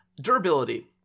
durability